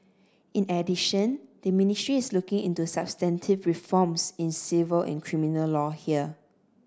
in addition the ministry is looking into substantive reforms in civil and criminal law here